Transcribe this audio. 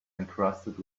encrusted